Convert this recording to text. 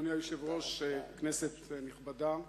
אדוני היושב-ראש, כנסת נכבדה,